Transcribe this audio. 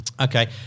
Okay